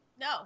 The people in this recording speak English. No